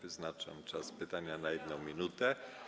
Wyznaczam czas pytania na 1 minutę.